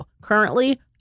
Currently